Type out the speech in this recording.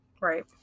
Right